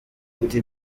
ati